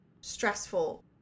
stressful